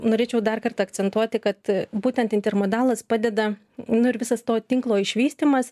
norėčiau dar kartą akcentuoti kad būtent intermodalas padeda nu ir visas to tinklo išvystymas